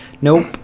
Nope